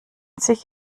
sich